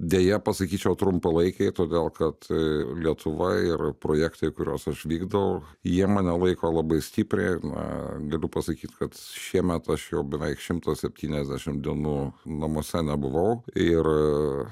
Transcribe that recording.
deja pasakyčiau trumpalaikiai todėl kad lietuva ir projektai kuriuos aš vykdau jie mane laiko labai stipriai na galiu pasakyt kad šiemet aš jau beveik šimtas septyniasdešimt dienų namuose nebuvau ir